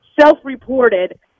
self-reported